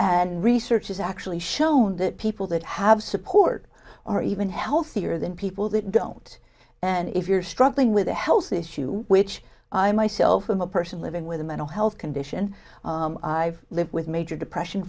and research has actually shown that people that have support or even healthier than people that don't and if you're struggling with a health issue which i myself i'm a person living with a mental health condition i've lived with major depression